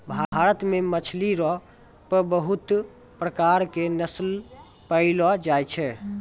भारत मे मछली रो पबहुत प्रकार रो नस्ल पैयलो जाय छै